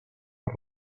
per